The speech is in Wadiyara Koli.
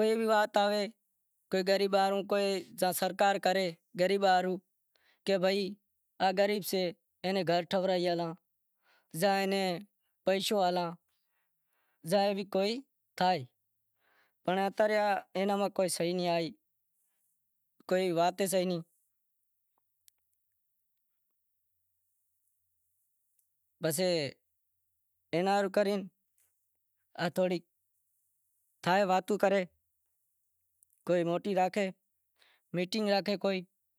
کوئی بھی وات ہوئے یا سرکار کرے غریباں ہاروں کہ بھائی ای غریب سے ایئاں نین گھر ٹھورائی ڈیاں زاں اینے پیشو ہالاں زاں بھی کوئی تھائے پنڑ اتاں رے کوئی سے ئی نہیں کوئی وات سے ئی نہیں پسے اینا ہاروں کری تھوڑی تھائے واتوں کرے کوئی میٹنگ راکھے